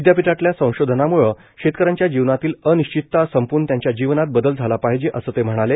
विद्यापीठातल्या संशोधनांम्ळं शेतकऱ्यांच्या जीवनातली अनिश्चितता संपून त्यांच्या जीवनात बदल झाला पाहिजे असं ते म्हणाले